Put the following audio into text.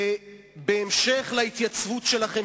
ובהמשך להתייצבות שלכם,